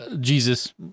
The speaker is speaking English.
Jesus